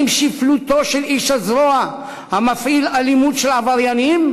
אם שפלותו של איש הזרוע המפעיל אלימות של עבריינים,